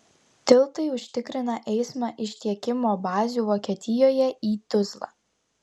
tiltai užtikrina eismą iš tiekimo bazių vokietijoje į tuzlą